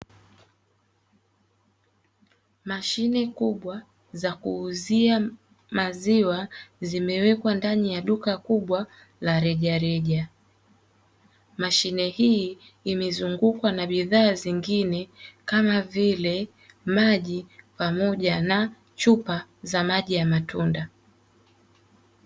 Mashine kubwa za kuuzia maziwa zimewekwa ndani ya duka kubwa la rejareja, mashine hii imezungukwa na bidhaa nyingine kama vile maji pamoja na chupa za maji ya matunda.